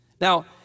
Now